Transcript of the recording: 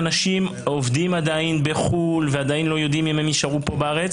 אנשים עובדים עדיין בחו"ל ועדיין לא יודעים אם הם יישארו פה בארץ,